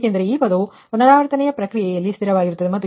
ಏಕೆಂದರೆ ಈ ಪದವು ಪುನರಾವರ್ತನೆಯ ಪ್ರಕ್ರಿಯೆಯಲ್ಲಿ ಸ್ಥಿರವಾಗಿರುತ್ತದೆ